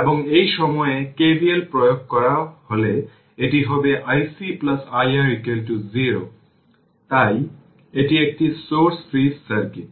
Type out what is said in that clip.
এবং এই সময়ে KVL প্রয়োগ করা হলে এটি হবে iC iR 0 তাই এটি একটি সোর্স ফ্রি সার্কিট